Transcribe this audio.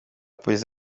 polisi